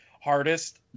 hardest